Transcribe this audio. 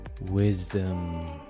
wisdom